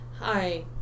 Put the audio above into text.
Hi